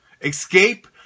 Escape